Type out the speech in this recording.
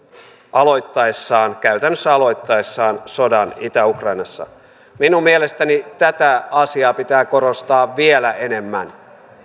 aloittaessaan käytännössä aloittaessaan sodan itä ukrainassa minun mielestäni tätä asiaa pitää korostaa vielä enemmän